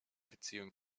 beziehung